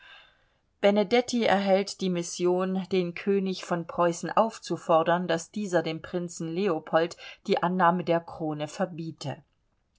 benedetti erhält die mission den könig von preußen aufzufordern daß dieser dem prinzen leopold die annahme der krone verbiete